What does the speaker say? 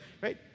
right